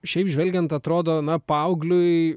šiaip žvelgiant atrodo na paaugliui